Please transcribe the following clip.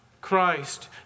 Christ